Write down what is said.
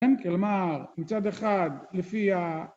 כן, כלומר, מצד אחד, לפי ה...